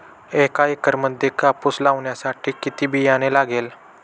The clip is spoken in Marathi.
एका एकरामध्ये कापूस लावण्यासाठी किती बियाणे लागेल?